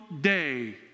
day